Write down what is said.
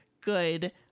good